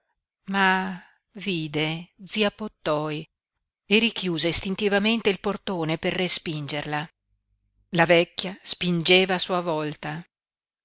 ma vide zia pottoi e richiuse istintivamente il portone per respingerla la vecchia spingeva a sua volta